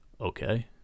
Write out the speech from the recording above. okay